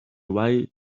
why